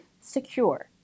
secure